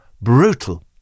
brutal